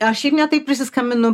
aš šiaip ne taip prisiskambinu